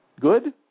Good